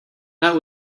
that